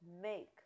make